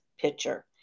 picture